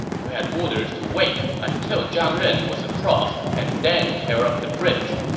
who had orders to wait until zhang ren was across and then tear up the bridge.